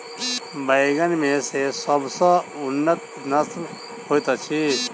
बैंगन मे केँ सबसँ उन्नत नस्ल होइत अछि?